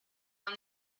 won